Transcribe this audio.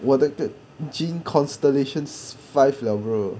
我的那个 jean constellations five lah bro